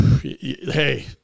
Hey